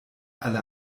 alle